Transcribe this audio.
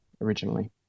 originally